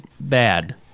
bad